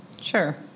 Sure